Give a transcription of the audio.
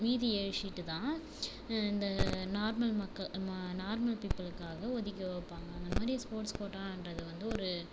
மீதி ஏழு ஷீட்டு தான் இந்த நார்மல் மக்க ம நார்மல் பீப்புள்க்காக ஒதுக்கி வைப்பாங்க அந்தமாதிரி ஸ்போர்ட்ஸ் ஸ் கோட்டான்றது வந்து ஒரு